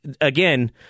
again